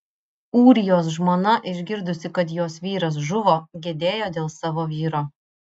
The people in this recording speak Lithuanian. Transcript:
ūrijos žmona išgirdusi kad jos vyras žuvo gedėjo dėl savo vyro